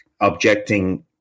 objecting